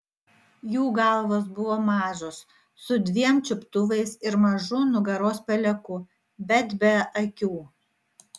jų galvos buvo mažos su dviem čiuptuvais ir mažu nugaros peleku bet be akių